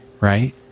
Right